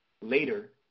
Later